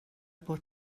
bod